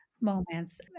moments